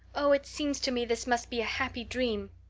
oh, it seems to me this must be a happy dream.